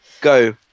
Go